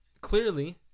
Clearly